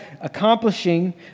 accomplishing